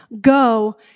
go